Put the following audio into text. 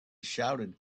shouted